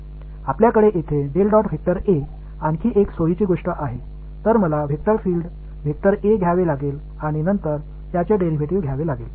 மேற்பரப்பு வெளிப்பாடு ஒரு டெரிவேடிவை மாற்றியது இது ஒரு தொகுதி ஒருங்கிணைப்பாக உள்ளது எனவே நாம் பயன்படுத்தும் வரையறுக்கப்பட்ட உறுப்பு முறையைப் பற்றி பின்னர் பாடத்திட்டத்தில் பேசுவோம்